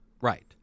Right